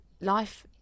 life